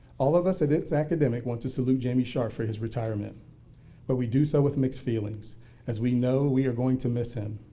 all of us and it's academic wants to salute jamie sharp for his retirement but we do so with mixed feelings as we know we are going to miss him.